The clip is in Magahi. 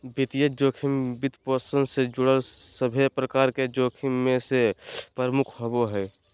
वित्तीय जोखिम, वित्तपोषण से जुड़ल सभे प्रकार के जोखिम मे से प्रमुख होवो हय